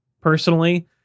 personally